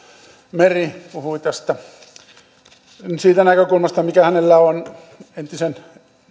meri puhui siitä näkökulmasta mikä hänellä on entisen